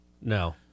No